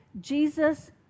Jesus